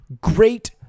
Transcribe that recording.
great